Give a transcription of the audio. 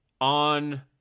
on